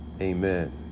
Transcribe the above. amen